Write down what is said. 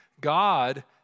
God